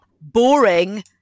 boring